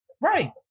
right